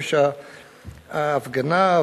חופש ההפגנה,